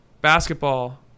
basketball